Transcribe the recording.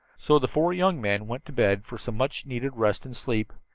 so the four young men went to bed for some much-needed rest and sleep,